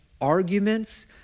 arguments